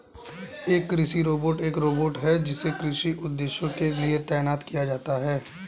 एक कृषि रोबोट एक रोबोट है जिसे कृषि उद्देश्यों के लिए तैनात किया जाता है